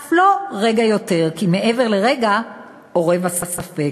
אף לא רגע יותר,/ כי מעבר לרגע זה אורב הספק.